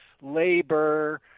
labor